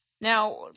Now